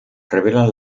revelan